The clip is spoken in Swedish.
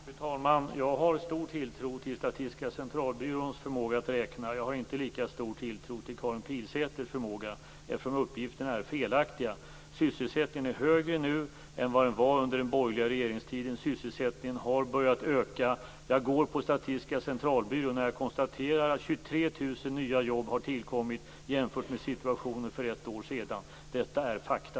Fru talman! Jag har stor tilltro till Statistiska centralbyråns förmåga att räkna. Jag har inte lika stor tilltro till Karin Pilsäters förmåga, eftersom uppgifterna är felaktiga. Sysselsättningen är högre nu än vad den var under den borgerliga regeringstiden. Sysselsättningen har börjat öka. Jag går på Statistiska centralbyråns uppgifter när jag konstaterar att 23 000 nya jobb har tillkommit jämfört med situationen för ett år sedan. Detta är fakta.